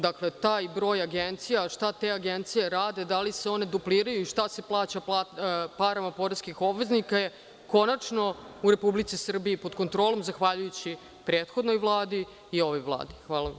Dakle, taj broj agencija, šta te agencije rade, da li se one dupliraju i šta se plaća parama poreskih obveznika je konačno u Republici Srbiji pod kontrolom zahvaljujući prethodnoj Vladi i ovoj Vladi.